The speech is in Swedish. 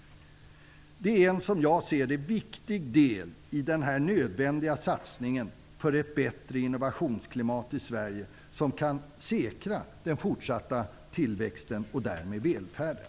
Det är en som jag ser det viktig del i den nödvändiga satsningen för ett bättre innovationsklimat i Sverige, som kan säkra den fortsatta tillväxten och därmed välfärden.